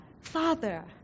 Father